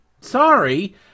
Sorry